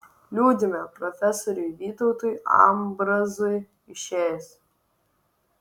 liūdime profesoriui vytautui ambrazui išėjus